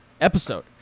episode